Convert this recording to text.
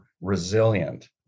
resilient